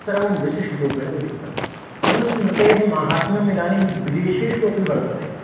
सर्वं विशिष्टरूपेण विलिखितं मनुस्मृतेः माहात्म्यं इदानीं विदेशेषु अपि वर्तते